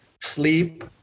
sleep